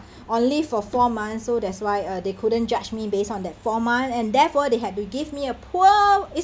only for four months so that's why uh they couldn't judge me based on that forma and therefore they had to give me a poor